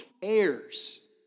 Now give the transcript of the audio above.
cares